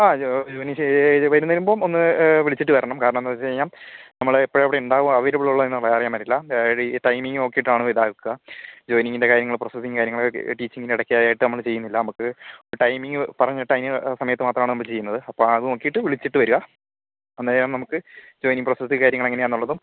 ആ ജോനീഷേ വരുന്നതിന് മുൻപ് ഒന്ന് വിളിച്ചിട്ട് വരണം കാരണം എന്താന്ന് വെച്ച് കഴിഞ്ഞാൽ നമ്മള് എപ്പളും അവിടെയുണ്ടാകും അവൈലബിലൊളേന്നുള്ള അറിയാൻ പറ്റില്ല അതായത് ഈ ടൈമിങ്ങ് നോക്കീട്ടാണ് ഇതാക്കുക ജോയിനിങ്ങിൻ്റെ കാര്യങ്ങളും പ്രോസസ്സിങ്ങും കാര്യങ്ങളും ടീച്ചിങ്ങിൻ്റെ ഇടയ്ക്കായിട്ട് നമ്മള് ചെയ്യുന്നില്ല ഒരു ടൈമിങ്ങ് പറഞ്ഞിട്ട് ടൈമിങ്ങ് സമയത്ത് മാത്രമാണ് നമ്മള് ചെയ്യുന്നത് അപ്പോൾ അത് നോക്കിയിട്ട് വിളിച്ചിട്ട് വരിക അങ്ങനെയാകുമ്പോൾ നമുക്ക് ജോയ്നിങ്ങ് പ്രോസസ്സിങ്ങ് എങ്ങനെയാന്നുള്ളതും